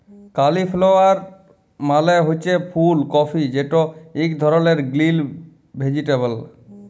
cauliflower মালে হছে ফুল কফি যেট ইক ধরলের গ্রিল ভেজিটেবল